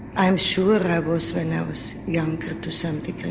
i am sure i was when i was young to some degree.